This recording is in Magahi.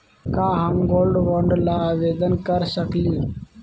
का हम गोल्ड बॉन्ड ल आवेदन कर सकली?